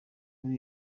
kuri